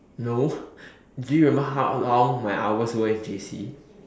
no do you remember how long my hours were in J_C